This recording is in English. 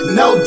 no